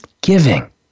giving